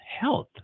health